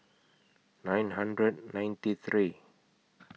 nine hundred ninety three